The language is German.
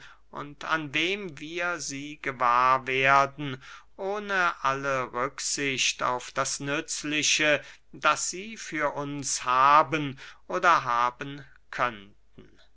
und an wem wir sie gewahr werden ohne alle rücksicht auf das nützliche das sie für uns haben oder haben könnten